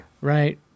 right